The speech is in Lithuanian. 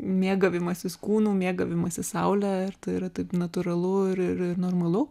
mėgavimasis kūnu mėgavimasis saule ir tai yra taip natūralu ir ir ir normalu